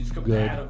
Good